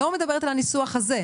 על הניסוח הזה,